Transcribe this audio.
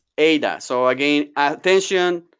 aida, so again, attention.